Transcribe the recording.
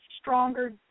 stronger